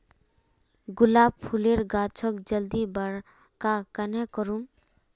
गुलाब फूलेर गाछोक जल्दी बड़का कन्हे करूम?